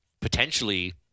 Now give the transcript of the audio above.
potentially